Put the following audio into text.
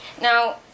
Now